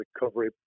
recovery